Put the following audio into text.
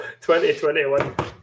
2021